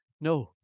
No